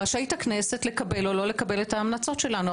רשאית הכנסת לקבל או לא לקבל את ההמלצות שלנו.